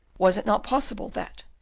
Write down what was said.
was it not possible, that,